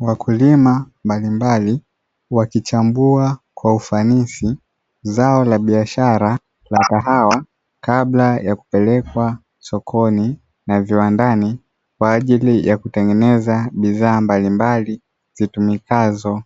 Wakulima makulima mbalimbali, wakichambua kwa ufanisi zao la biashara la kahawa, kabla ya kupelekwa sokoni na viwandani, kwa ajili ya kutengeneza bidhaa mbalimbali zikitumikazo